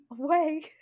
away